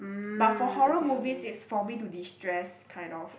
but for horror movies it's for me to destress kind of